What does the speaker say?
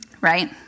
right